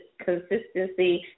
consistency